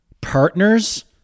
partners